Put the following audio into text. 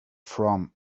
from